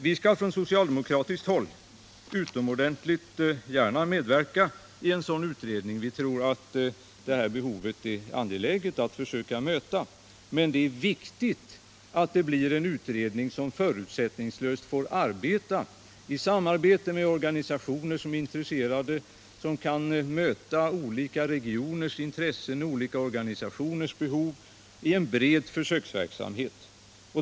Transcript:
Vi skall från socialdemokratiskt håll utomordentligt gärna medverka i en sådan utredning. Vi tror att det är angeläget att försöka möta behovet. Men det är viktigt att det blir en utredning som får arbeta förutsättningslöst med organisationer som är intresserade, som kan möta olika regioners intressen och olika organisationers behov i en bred försöksverksamhet.